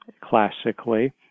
classically